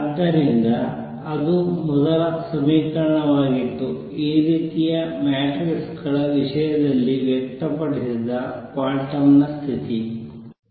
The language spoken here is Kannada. ಆದ್ದರಿಂದ ಅದು ಮೊದಲ ಸಮೀಕರಣವಾಗಿತ್ತು ಈ ರೀತಿಯ ಮ್ಯಾಟ್ರಿಕ್ ಗಳ ವಿಷಯದಲ್ಲಿ ವ್ಯಕ್ತಪಡಿಸಿದ ಕ್ವಾಂಟಮ್ ಸ್ಥಿತಿ